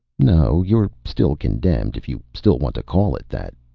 no, you're still condemned, if you still want to call it that,